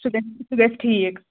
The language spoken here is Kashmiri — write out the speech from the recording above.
سُہ گَژھہِ سُہ گَژھہِ ٹھیٖک